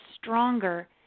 stronger